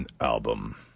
album